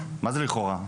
לכאורה.